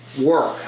work